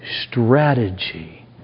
strategy